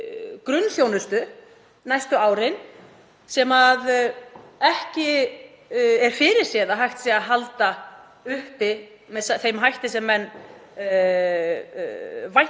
grunnþjónustu næstu árin sem ekki er fyrirséð að hægt sé að halda uppi með þeim hætti sem menn vænta